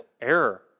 error